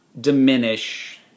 diminish